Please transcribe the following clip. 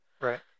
Right